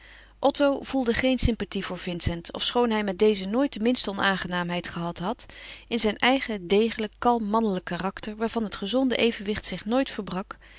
otto gevoelde geen sympathie voor vincent ofschoon hij met dezen nooit de minste onaangenaamheid gehad had in zijn eigen degelijk kalm mannelijk karakter waarvan het gezonde evenwicht zich nooit verbrak